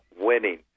winning